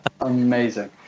Amazing